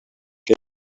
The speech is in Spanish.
que